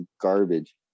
garbage